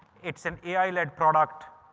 it's an ai lead product.